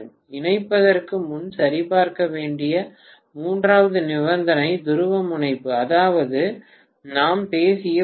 இணைப்பதற்கு முன் சரிபார்க்க வேண்டிய மூன்றாவது நிபந்தனை துருவமுனைப்பு அதாவது நாம் பேசிய புள்ளி